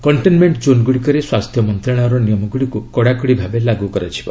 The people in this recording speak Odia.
କଣ୍ଟେନ୍ମେଣ୍ଟ ଜୋନ୍ଗୁଡ଼ିକରେ ସ୍ୱାସ୍ଥ୍ୟ ମନ୍ତ୍ରଣାଳୟର ନିୟମଗୁଡ଼ିକୁ କଡ଼ାକଡ଼ି ଭାବେ ଲାଗୁ କରାଯିବ